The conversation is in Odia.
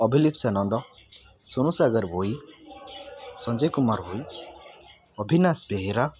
ଅଭିଲିପ୍ସା ନନ୍ଦ ସୋନୁ ସାଗର ଭୋଇ ସଞ୍ଜୟ କୁମାର ଭୋଇ ଅଭିନାଶ ବେହେରା